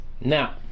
Now